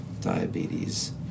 diabetes